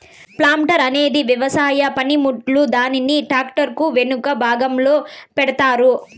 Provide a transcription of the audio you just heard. planter అనేది వ్యవసాయ పనిముట్టు, దీనిని ట్రాక్టర్ కు ఎనక భాగంలో పెడతారు